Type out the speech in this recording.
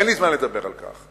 אין לי זמן לדבר על כך.